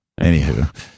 Anywho